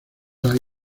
ahí